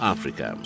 Africa